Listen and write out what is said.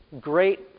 great